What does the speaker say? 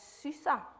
Susa